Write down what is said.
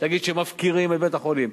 להגיד שמפקירים את בית-החולים,